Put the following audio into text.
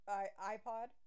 iPod